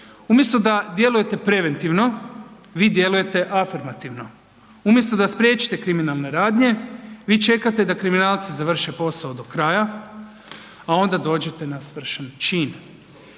Umjesto da djelujete preventivno, vi djelujete afirmativno, umjesto da spriječite kriminalne radnje, vi čekate da kriminalci završe posao do kraja, a onda dođete na svršen čin.